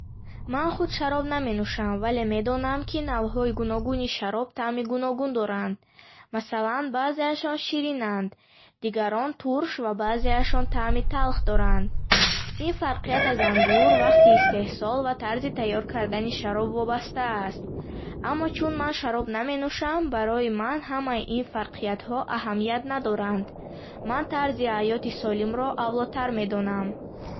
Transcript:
Ман худ шароб наменӯшам, вале медонам, ки навъҳои гуногуни шароб таъми гуногун доранд. Масалан, баъзеашон ширинанд, дигарҳо турш ва баъзеашон таъми талх доранд. Ин фарқият аз ангур, вақти истеҳсол ва тарзи тайёр кардани шароб вобаста аст. Аммо чун ман шароб наменӯшам, барои ман ҳамаи ин фарқиятҳо аҳамият надоранд. Ман тарзи ҳаёти солимро авлотар медонам.